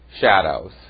shadows